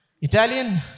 Italian